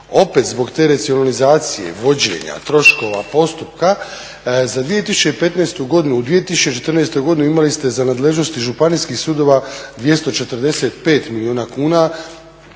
Opet zbog te racionalizacije vođenja troškova postupka za 2015. godinu u 2014. godini imali ste za nadležnost iz županijskih sudova 245 milijuna kuna,